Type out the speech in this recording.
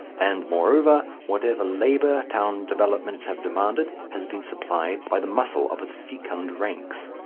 and, moreover, whatever labour town developments have demanded has been supplied by the muscle of its fecund ranks.